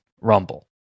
rumble